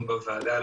בתוך דיון בוועדה.